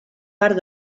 part